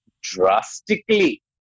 drastically